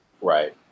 Right